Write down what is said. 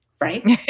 Right